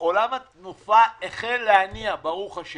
עולם התעופה החל להניע, ברוך ה',